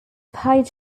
paid